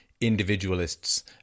individualists